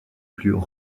plus